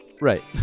Right